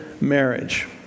marriage